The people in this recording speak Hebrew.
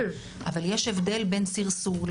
אבל יש הבדל בין סרסור,